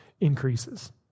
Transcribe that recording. increases